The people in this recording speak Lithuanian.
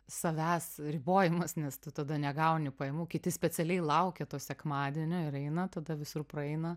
savęs ribojimas nes tu tada negauni pajamų kiti specialiai laukia to sekmadienio ir eina tada visur praeina